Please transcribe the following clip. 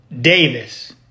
Davis